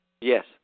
yes